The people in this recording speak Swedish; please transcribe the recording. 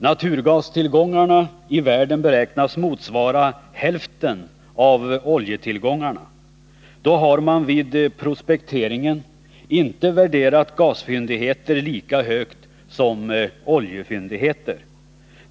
Naturgastillgångarna i världen beräknas motsvara hälften av oljetillgångarna. Då har man vid prospekteringen inte värderat gasfyndigheter lika högt som oljefyndigheter.